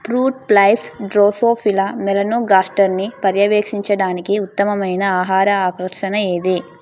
Fruit flies drosophila మెలనోగాస్టర్ని పర్యవేక్షించడానికి ఉత్తమమైన ఆహార ఆకర్షణ ఏది?